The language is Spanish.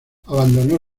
abandonó